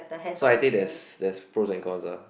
so I think there's pros and cons ah